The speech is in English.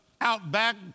Outback